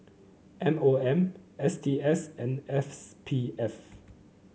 M O M S T S and S P F